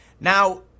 Now